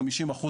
חמישים אחוז,